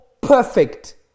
perfect